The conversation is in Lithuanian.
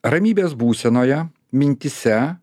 ramybės būsenoje mintyse